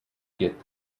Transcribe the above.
get